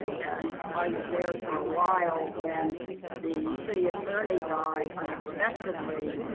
and i was there for a while when the city attorney died unexpectedly,